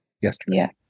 yesterday